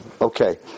Okay